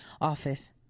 office